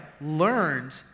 learned